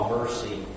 mercy